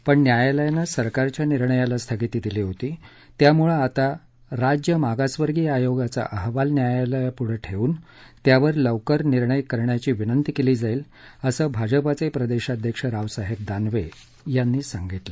पण न्यायालयानं सरकारच्या निर्णयाला स्थगिती दिली होती त्यामुळं आता राज्य मागास वर्गीय आयोगाचा अहवाल न्यायालयापुढं ठ्यून त्यावर लवकर निर्णय करण्याची विनंती कल्वी जाईल असं भाजपा प्रदशाध्यक्ष रावसाहक्र दिनवर्खीनी सांगितलं